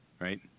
right